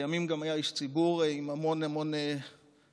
לימים היה גם איש ציבור עם המון המון פעלים,